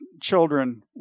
children